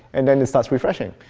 and then it starts refreshing.